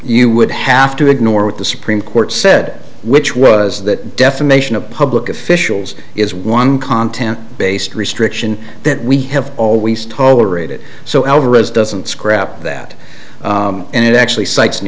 you would have to ignore what the supreme court said which was that defamation of public officials is one content based restriction that we have always tolerated so alvarez doesn't scrap that and it actually cites new